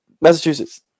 Massachusetts